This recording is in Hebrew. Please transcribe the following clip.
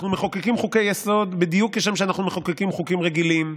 אנחנו מחוקקים חוקי-יסוד בדיוק כשם שאנחנו מחוקקים חוקים רגילים.